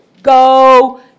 Go